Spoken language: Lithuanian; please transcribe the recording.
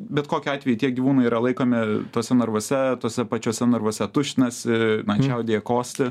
bet kokiu atveju tie gyvūnai yra laikomi tuose narvuose tuose pačiuose narvuose tuštinasi na čiaudėja kosti